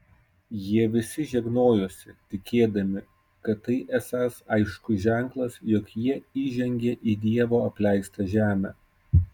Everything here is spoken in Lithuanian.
jie vis žegnojosi tikėdami kad tai esąs aiškus ženklas jog jie įžengė į dievo apleistą žemę